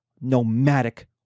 nomadic